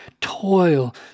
toil